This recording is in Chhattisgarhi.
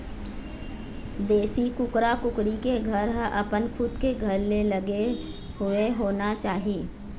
देशी कुकरा कुकरी के घर ह अपन खुद के घर ले लगे हुए होना चाही